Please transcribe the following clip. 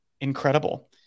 incredible